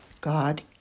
God